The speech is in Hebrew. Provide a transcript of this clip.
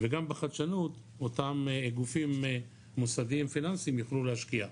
וגם בחדשנות אותם גופים מוסדיים פיננסיים יוכלו להשקיע.